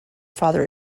father